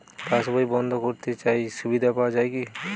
পাশ বই বন্দ করতে চাই সুবিধা পাওয়া যায় কি?